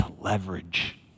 leverage